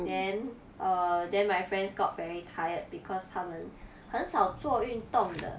then err then my friends got very tired because 他们很少做运动的